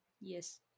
yes